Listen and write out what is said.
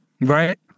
Right